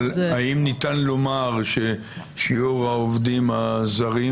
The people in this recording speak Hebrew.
אבל האם ניתן לומר ששיעור העובדים הזרים